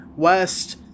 west